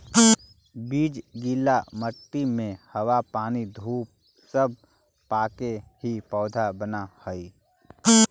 बीज गीला मट्टी में हवा पानी धूप सब पाके ही पौधा बनऽ हइ